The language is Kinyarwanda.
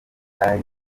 bari